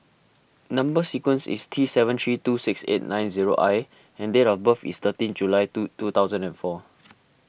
Number Sequence is T seven three two six nine eight zero I and date of birth is thirteen July two two thousand and four